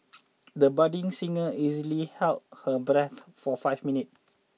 the budding singer easily held her breath for five minutes